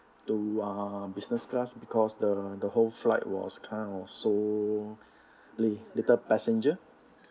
to !wah! business class because the the whole flight was kind of so little passenger